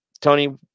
Tony